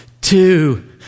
two